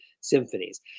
symphonies